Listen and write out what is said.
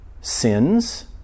sins